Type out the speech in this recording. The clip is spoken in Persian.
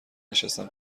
نشستن